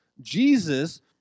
Jesus